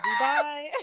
Dubai